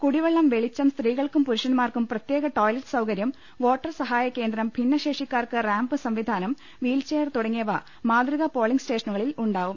കുടിവെള്ളം വെളിച്ചം സ്ത്രീകൾക്കും പുരുഷന്മാർക്കും പ്രത്യേക ടോയ്ലറ്റ് സൌകര്യം വോട്ടർ സഹായകേന്ദ്രം ഭിന്നശേ ഷിക്കാർക്ക് റാംപ് സംവിധാനം വീൽചെയർ തുടങ്ങിയവ മാതൃകാ പോളിംഗ് സ്റ്റേഷനുകളിലുണ്ടാവും